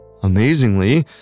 Amazingly